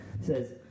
Says